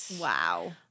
Wow